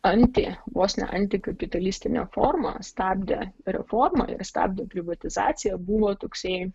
anti vos ne antikapitalistinė forma stabdė reformą stabdo privatizacija buvo toksai